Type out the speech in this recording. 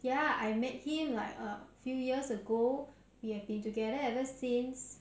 ya I met him like a few years ago we have been together ever since